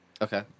Okay